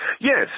Yes